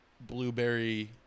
blueberry